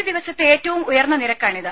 ഒരു ദിവസത്തെ ഏറ്റവും ഉയർന്ന നിരക്കാണിത്